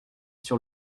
sur